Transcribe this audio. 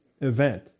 event